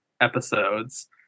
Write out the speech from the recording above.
episodes